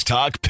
Talk